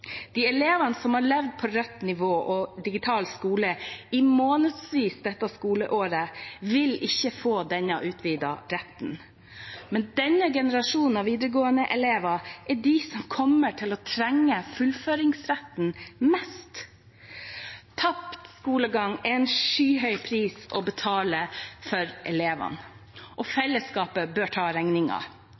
De elevene som har levd med rødt nivå og digital skole i månedsvis dette skoleåret, vil ikke få denne utvidede retten. Men denne generasjonen av videregående elever er de som kommer til å trenge fullføringsretten mest. Tapt skolegang er en skyhøy pris å betale for elevene. Fellesskapet bør ta